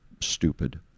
stupid